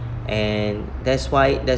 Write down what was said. and that's why that's